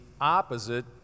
opposite